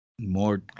more